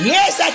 Yes